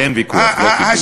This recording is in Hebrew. אין ויכוח, לא קיבלו את זה.